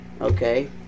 Okay